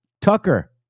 Tucker